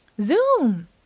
Zoom